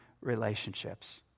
relationships